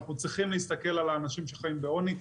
אנחנו צריכים להסתכל על האנשים שחיים בעוני.